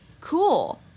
cool